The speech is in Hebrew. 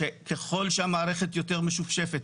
שככול שהמערכת יותר משופשפת,